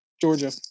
Georgia